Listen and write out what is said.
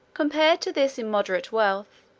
compared to this immoderate wealth,